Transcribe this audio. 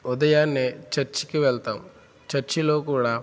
ఉదయాన్నే చర్చికి వెళ్తాం చర్చిలో కూడా